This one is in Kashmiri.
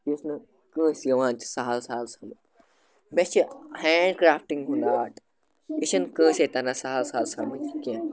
یُس نہٕ کٲنٛسہِ یِوان چھِ سَہَل سَہل سَمٕجھ مےٚ چھِ ہینٛڈ کرٛافٹِنٛگ ہُنٛد آرٹ یہِ چھِنہٕ کٲنٛسے تران سہل سہل سَمٕجھ کیٚنٛہہ